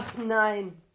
nein